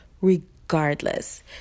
regardless